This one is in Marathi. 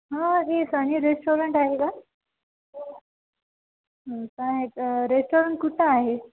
हां हे सनी रेस्टॉरंट आहे का का ह्याचं रेस्टॉरंट कुठं आहे